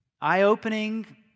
eye-opening